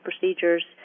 procedures